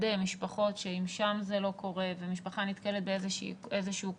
משפחות שאם שם זה לא קורה ומשפחה נתקלת באיזה קושי,